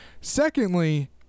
Secondly